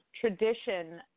tradition